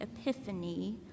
epiphany